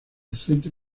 centro